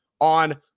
on